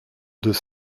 deux